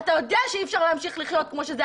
אתה יודע שאי אפשר לחיות כמו שזה,